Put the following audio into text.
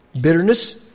Bitterness